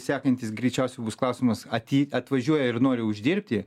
sekantis greičiausiai bus klausimas aty atvažiuoja ir nori uždirbti